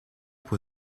pour